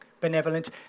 Benevolent